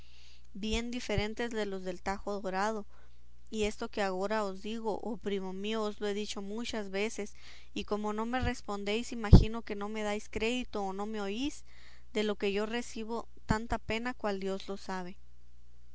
bien diferentes de los del tajo dorado y esto que agora os digo oh primo mío os lo he dicho muchas veces y como no me respondéis imagino que no me dais crédito o no me oís de lo que yo recibo tanta pena cual dios lo sabe